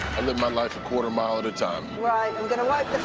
and live my life a quarter mile at a time. right, i'm going to wipe